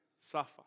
suffer